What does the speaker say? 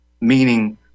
meaning